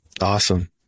Awesome